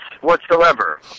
whatsoever